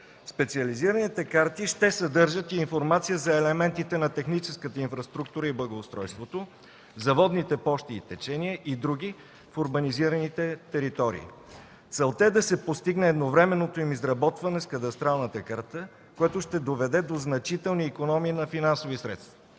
Специализираните карти ще съдържат и информация за елементите на техническата инфраструктура и благоустройството, за водните площи и течения и др. в урбанизираните територии. Целта е да се постигне едновременното им изработване с кадастралната карта, което ще доведе до значителни икономии на финансови средства.